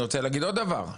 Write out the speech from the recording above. אני רוצה להגיד עוד דבר,